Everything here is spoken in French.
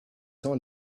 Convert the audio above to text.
temps